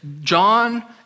John